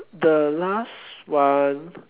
the last one